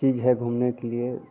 चीज़ है घूमने के लिए